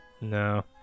No